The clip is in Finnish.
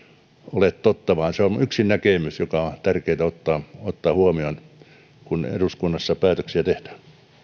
ole totta vaan se on yksi näkemys joka on tärkeätä ottaa ottaa huomioon kun eduskunnassa päätöksiä tehdään